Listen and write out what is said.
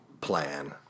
plan